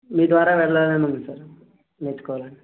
మీ ద్వారా వెళ్ళాలని ఉంది సార్ నేర్చుకోవాలని